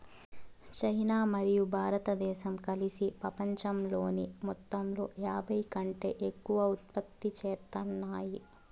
China మరియు భారతదేశం కలిసి పపంచంలోని మొత్తంలో యాభైకంటే ఎక్కువ ఉత్పత్తి చేత్తాన్నాయి